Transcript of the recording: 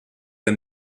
der